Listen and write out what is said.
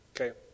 Okay